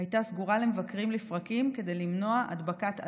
הייתה סגורה למבקרים לפרקים כדי למנוע הדבקת אדם.